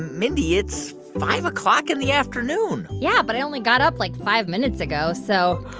mindy, it's five o'clock in the afternoon yeah, but i only got up, like, five minutes ago. so